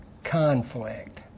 Conflict